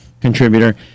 contributor